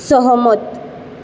सहमत